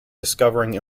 discovering